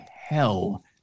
hell